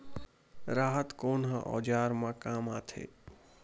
राहत कोन ह औजार मा काम आथे?